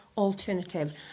alternative